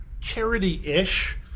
charity-ish